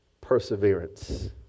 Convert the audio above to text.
perseverance